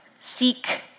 seek